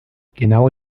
genau